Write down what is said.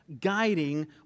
guiding